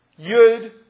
Yud